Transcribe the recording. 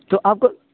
تو آپ کو